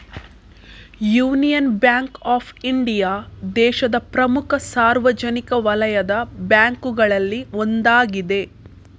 union Bank of India ದೇಶದ ಪ್ರಮುಖ ಸಾರ್ವಜನಿಕ ವಲಯದ ಬ್ಯಾಂಕುಗಳಲ್ಲಿ ಒಂದಾಗಿದೆ